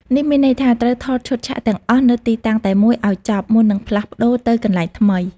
នេះមានន័យថា ត្រូវថតឈុតឆាកទាំងអស់នៅទីតាំងតែមួយឱ្យចប់មុននឹងផ្លាស់ប្តូរទៅកន្លែងថ្មី។